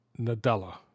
Nadella